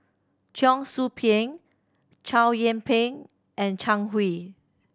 Cheong Soo Pieng Chow Yian Ping and Zhang Hui